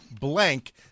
blank